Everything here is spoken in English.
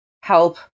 help